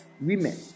women